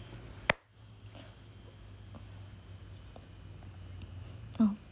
oh